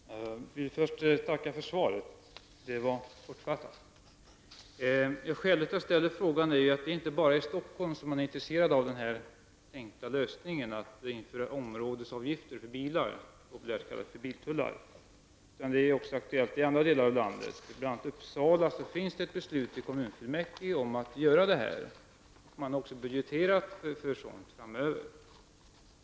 Herr talman! Jag tackar kommunikationsministern för svaret. Det var kortfattat. Skälet till att jag ställde frågan är att det inte bara är i Stockholm som man är intresserad av den här enkla lösningen, dvs. att införa områdesavgifter för bilar, populärt kallat ''biltullar''. Det är också aktuellt i andra delar av landet. I bl.a. Uppsala finns ett beslut av kommunfullmäktige att göra detta, och man har också budgeterat för sådant framöver.